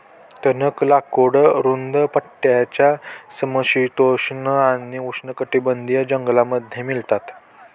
टणक लाकूड रुंद पट्ट्याच्या समशीतोष्ण आणि उष्णकटिबंधीय जंगलांमध्ये मिळतात